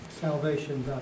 salvation